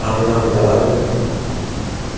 अंब चला दे न